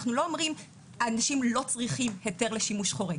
אנחנו לא אומרים אנשים לא צריכים היתר לשימוש חורג.